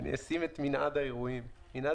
אשים את מנעד האירועים.